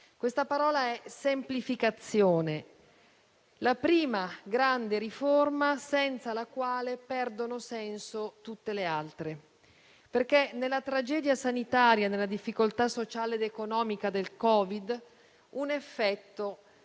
Questa parola è «semplificazione», la prima grande riforma senza la quale perdono senso tutte le altre. Nella tragedia sanitaria, nella difficoltà sociale ed economica del Covid, un effetto